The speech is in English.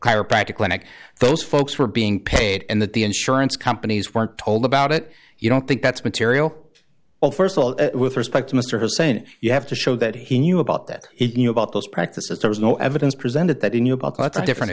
chiropractic clinic those folks were being paid and that the insurance companies weren't told about it you don't think that's material well st of all with respect to mr hussein you have to show that he knew about that he knew about those practices there was no evidence presented that he knew about